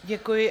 Děkuji.